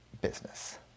business